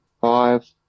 five